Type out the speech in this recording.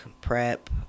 prep